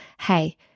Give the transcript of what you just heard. hey